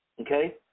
Okay